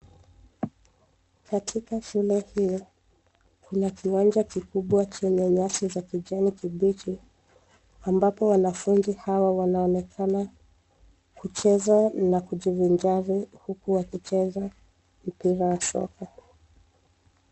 Katika shule hiii kuna kiwanja kikubwa chenye nyasi za kijani kibichi ambapo wanafunzi hawa wanaonekana kucheza na kujivinjari huku wakicheza mpira wa soka.